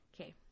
Okay